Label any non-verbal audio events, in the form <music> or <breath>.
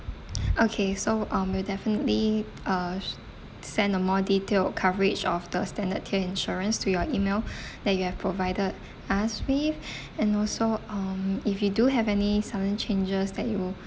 okay so um we'll definitely uh s~ send a more detailed coverage of the standard tier insurance to your email <breath> that you have provided us with <breath> and also um if you do have any sudden changes that you